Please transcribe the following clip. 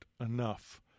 enough